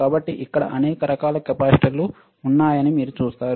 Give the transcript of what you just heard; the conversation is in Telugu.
కాబట్టి ఇక్కడ అనేక రకాల కెపాసిటర్లు ఉన్నాయని మీరు చూస్తారు